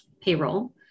payroll